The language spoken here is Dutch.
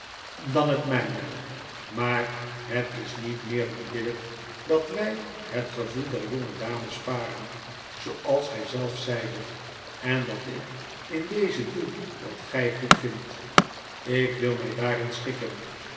dan het mjjne maar het is niet meer dan billyk dat wy het gevoel der jonge dame sparen zooals gy zelf zeidet en dat ik in dezen doe wat gy'goed vindt ik wil my daarin schikken